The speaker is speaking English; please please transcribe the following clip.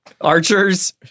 Archers